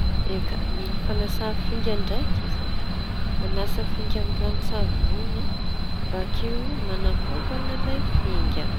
Eka mili fanasa finga ndraiky zao! Manasa finga amin'ny ranon-tsavony bakeo manakobana lay finga.